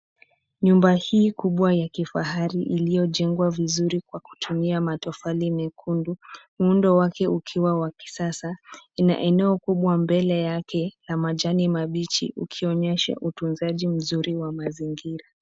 Nyumba hii kubwa ya kifahari iliojengwa vizuri kwa kutumia matofali mekundu, muundo wake ukiwa wa kisasa. Ina eneo kubwa mbele yake ya majani mabichi ukionyesha utunzaji mzuri wa mazingira.